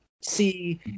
see